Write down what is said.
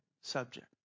subject